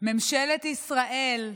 ממשלת ישראל,